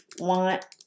want